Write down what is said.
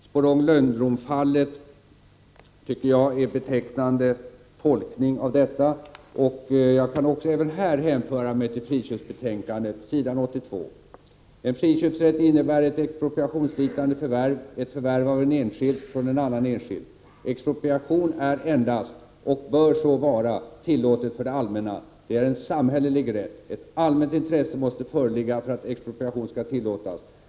Sporrong—Lönnroth-fallet är en betecknande tolkning av detta, och jag kan även här hänvisa till utredningsbetänkandet, s. 82: ”En friköpsrätt innebär ett expropriationsliknande förvärv, ett förvärv av en enskild från en annan enskild. Expropriation är endast — och bör så vara — tillåtet för det allmänna. Det är en samhällelig rätt. Ett allmänt intresse måste föreligga för att expropriation skall tillåtas.